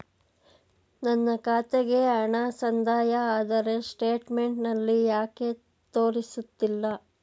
ನನ್ನ ಖಾತೆಗೆ ಹಣ ಸಂದಾಯ ಆದರೆ ಸ್ಟೇಟ್ಮೆಂಟ್ ನಲ್ಲಿ ಯಾಕೆ ತೋರಿಸುತ್ತಿಲ್ಲ?